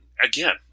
again